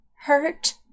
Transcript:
hurt